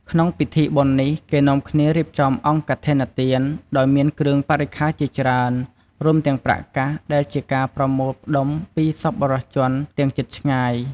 ក្នុងពិធីបុណ្យនេះ គេនាំគ្នារៀបចំអង្គកឋិនទាន ដោយមានគ្រឿងបរិក្ខារជាច្រើន រួមទាំងប្រាក់កាស ដែលជាការប្រមូលផ្ដុំពីសប្បុរសជនទាំងជិតឆ្ងាយ។